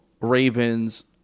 Ravens